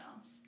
else